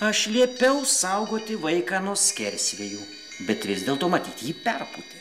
aš liepiau saugoti vaiką nuo skersvėjų bet vis dėlto matyt jį perpūtė